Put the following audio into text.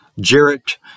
Jarrett